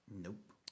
Nope